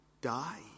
die